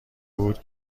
بود